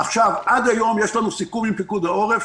עד היום יש לנו סיכום עם פיקוד העורף,